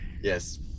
Yes